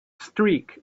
streak